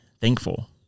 thankful